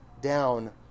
down